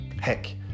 Heck